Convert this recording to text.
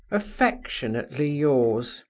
affectionately yours,